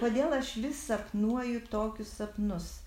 kodėl aš vis sapnuoju tokius sapnus